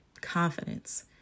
confidence